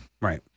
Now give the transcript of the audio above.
Right